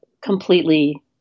completely